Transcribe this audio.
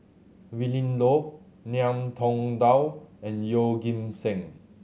Willin Low Ngiam Tong Dow and Yeoh Ghim Seng